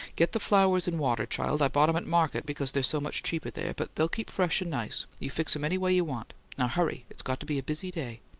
get the flowers in water, child. i bought em at market because they're so much cheaper there, but they'll keep fresh and nice. you fix em any way you want. hurry! it's got to be a busy day.